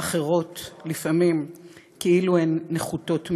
אחרות לפעמים כאילו הן נחותות ממנו,